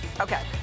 Okay